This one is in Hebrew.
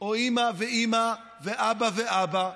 או אימא ואימא ואבא ואבא.